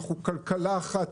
אנחנו כלכלה אחת,